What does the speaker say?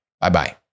Bye-bye